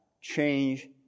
change